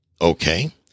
okay